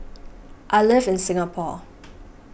I live in Singapore